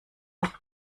noch